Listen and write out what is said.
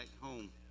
home